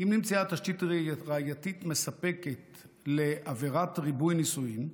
אם נמצאה תשתית ראייתית מספקת לעבירת ריבוי נישואין,